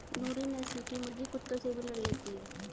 नूरी नस्ल की मुर्गी कुत्तों से भी लड़ लेती है